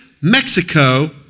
Mexico